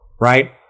right